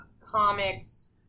comics